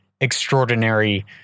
extraordinary